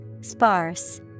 Sparse